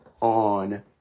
on